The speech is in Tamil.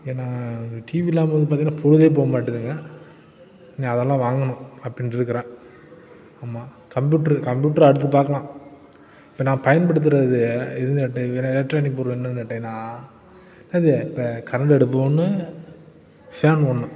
ஏன்னால் டிவி இல்லாமல் வந்து பார்த்தீங்கன்னா பொழுதே போகமாட்டுதுங்க நான் அதெல்லாம் வாங்கணும் அப்படின்னு இருக்கிறேன் ஆமாம் கம்ப்யூட்ரு கம்ப்யூட்ரு அடுத்து பார்க்கலாம் இப்போ நான் பயன்படுத்துகிற இது இது என்ன எலக்ட்ரானிக் பொருள் என்னென்று கேட்டிங்கன்னால் எது இப்போ கரண்டு அடுப்பு ஒன்று ஃபேன் ஒன்று